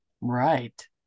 Right